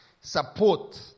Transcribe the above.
support